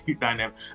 dynamic